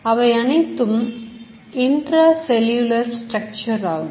அவை அனைத்தும் intracellular Structureஆகும்